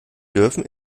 dürfen